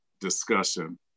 discussion